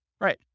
Right